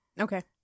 Okay